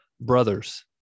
Brothers